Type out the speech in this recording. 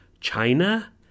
China